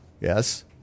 yes